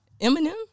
Eminem